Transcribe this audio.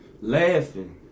Laughing